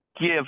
give